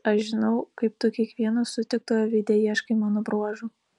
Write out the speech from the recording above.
aš žinau kaip tu kiekvieno sutiktojo veide ieškai mano bruožų